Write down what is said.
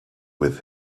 with